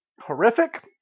horrific